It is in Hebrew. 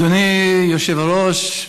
אדוני היושב-ראש,